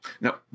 Now